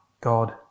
God